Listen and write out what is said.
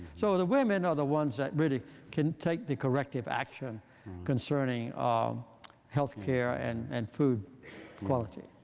so the women are the ones that really can take the corrective action concerning um health care and and food quality.